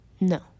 no